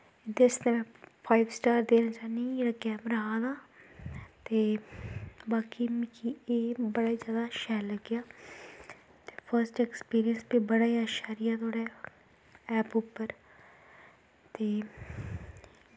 एह्दै आस्तै में फाईव स्टार देना चाह्नी जेह्ड़ा कैमरा आंदा ते बाकी मिगी एह् बड़ा गै जैदा शैल लग्गेआ फर्स्ट ऐक्सपिरिंस बड़ा गै अच्छा रेहा ऐप उप्पर ते